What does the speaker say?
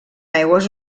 aigües